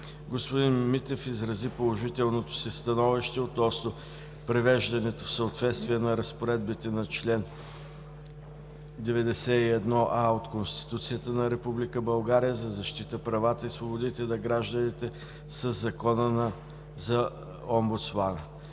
Господин Митев изрази положителното си становище относно привеждането в съответствие на разпоредбите на чл. 91а от Конституцията на Република България за защита правата и свободите на гражданите със Закона за омбудсмана.